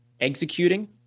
executing